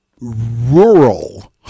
rural